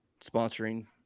sponsoring